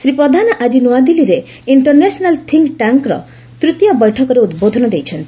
ଶ୍ରୀ ପ୍ରଧାନ ଆଜି ନୂଆଦିଲ୍ଲୀରେ international think ଟ୍ୟାଙ୍କ୍ର ତୃତୀୟ ବୈଠକରେ ଉଦ୍ବୋଧନ ଦେଇଛନ୍ତି